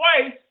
twice